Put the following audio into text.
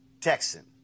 Texan